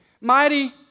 mighty